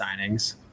signings